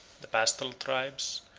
the pastoral tribes,